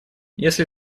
если